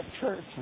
church